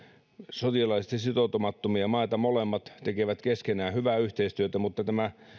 sotilaallisesti sitoutumattomia maita molemmat tekevät keskenään hyvää yhteistyötä mutta tämä